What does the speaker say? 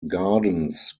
gardens